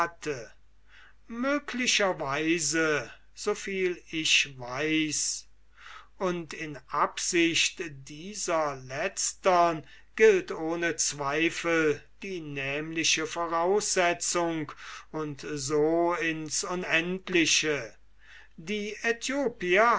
so viel ich weiß und in absicht dieser letztern gilt ohne zweifel die nämliche voraussetzung und so ins unendliche die